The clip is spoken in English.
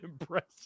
impressive